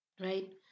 Right